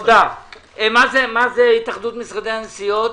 מה התאחדות משרדי הנסיעות?